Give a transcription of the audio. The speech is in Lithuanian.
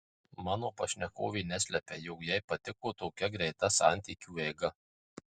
mano pašnekovė neslepia jog jai patiko tokia greita santykiu eiga